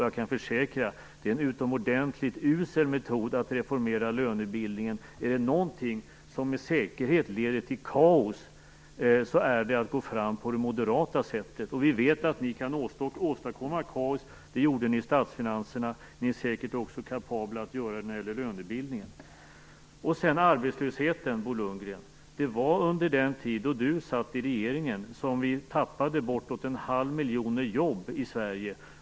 Jag kan försäkra att det är en utomordentligt usel metod att reformera lönebildningen på. Är det någonting som med säkerhet leder till kaos så är det att gå fram på det moderata sättet. Vi vet att ni kan åstadkomma kaos. Det gjorde ni i statsfinanserna. Ni är säkert också kapabla att göra det när det gäller lönebildningen. Ifråga om arbetslösheten, Bo Lundgren, så var det under den tid som han satt i regeringen som vi tappade bort emot en halv miljon jobb i Sverige.